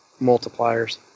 multipliers